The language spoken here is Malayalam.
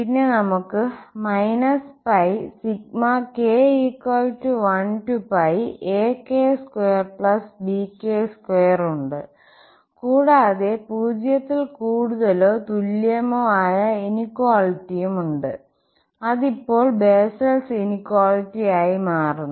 പിന്നെ നമുക് ഉണ്ട് കൂടാതെ 0 ൽ കൂടുതലോ തുല്യമോ ആയ ഇനിക്വാലിറ്റിയും ഉണ്ട് അത് ഇപ്പോൾ ബെസ്സൽസ് ഇനിക്വാലിറ്റി ആയി മാറുന്നു